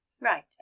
Right